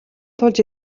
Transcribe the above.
тулж